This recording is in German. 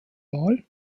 wahl